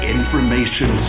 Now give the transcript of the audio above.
Information